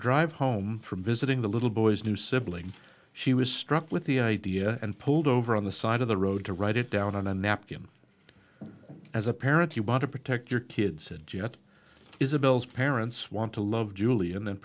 drive home from visiting the little boy's new sibling she was struck with the idea and pulled over on the side of the road to write it down on a napkin as a parent you want to protect your kids said jett isabel's parents want to love julian and